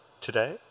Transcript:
today